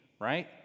right